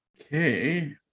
Okay